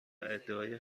ادعای